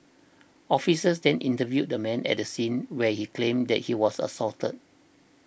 officers then interviewed the man at the scene where he claimed that he was assaulted